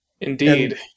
indeed